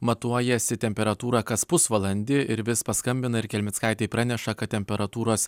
matuojasi temperatūrą kas pusvalandį ir vis paskambina ir kelmickaitei praneša kad temperatūros